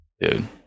dude